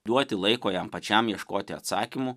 duoti laiko jam pačiam ieškoti atsakymų